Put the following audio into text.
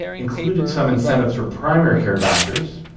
included some incentives for primary care doctors,